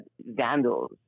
Vandals